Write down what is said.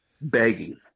begging